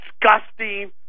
disgusting